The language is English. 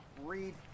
read